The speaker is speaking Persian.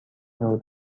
نور